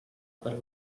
per